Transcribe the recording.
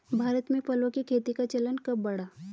भारत में फलों की खेती का चलन कब बढ़ा?